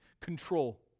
control